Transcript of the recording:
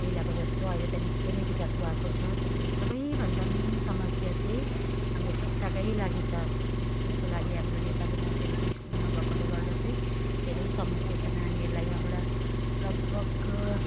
पहिलाको जस्तो अहिले त निकै नै विकास भएको छ सबैभन्दा मेन समस्या चाहिँ हाम्रो शिक्षाकै लागि छ स्कुलको लागि हाम्रो नेपाली माध्यमको स्कुलमा भएकोले गर्दा चाहिँ धेरै समस्या छ नानीहरूलाई यहाँबाट लगभग